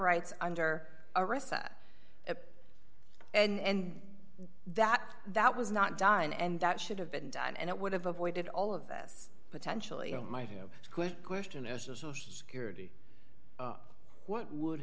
rights under arrest that and that that was not done and that should have been done and it would have avoided all of this potentially might have a quick question as a social security what would